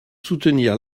soutenir